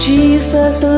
Jesus